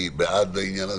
אני בעד העניין הזה,